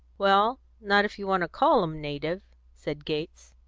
well, not if you want to call em native, said gates.